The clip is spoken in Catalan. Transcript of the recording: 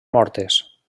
mortes